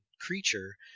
creature